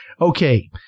okay